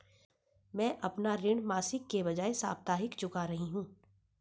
मैं अपना ऋण मासिक के बजाय साप्ताहिक चुका रही हूँ